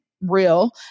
real